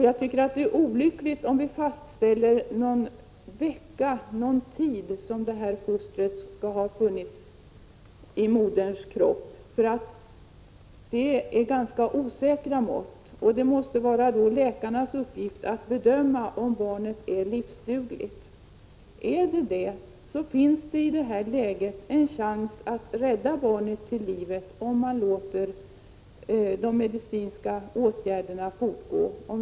Jag tycker att det är olyckligt om vi fastställer den tid som fostret skall ha funnits i moderns kropp, därför att det rör sig om ganska osäkra mått. Det måste vara läkarnas uppgift att bedöma om barnet är livsdugligt. Om barnet är livsdugligt, finns det en chans att rädda barnet genom fortsatta medicinska åtgärder.